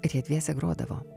ir jie dviese grodavo